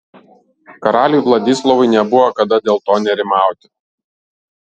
karaliui vladislovui nebuvo kada dėl to nerimauti